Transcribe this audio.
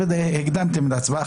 הקדמתם את ההצבעה,